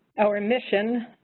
our mission